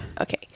Okay